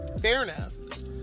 Fairness